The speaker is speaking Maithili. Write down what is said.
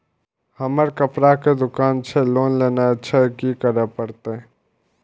हमर कपड़ा के दुकान छे लोन लेनाय छै की करे परतै?